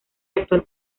actual